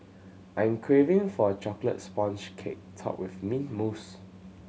I am craving for a chocolate sponge cake topped with mint mousse